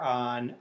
on